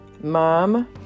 Mom